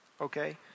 Okay